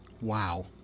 Wow